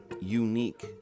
unique